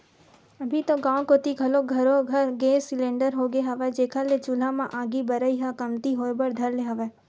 अभी तो गाँव कोती घलोक घरो घर गेंस सिलेंडर होगे हवय, जेखर ले चूल्हा म आगी बरई ह कमती होय बर धर ले हवय